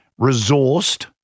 resourced